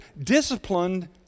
disciplined